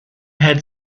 had